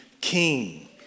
king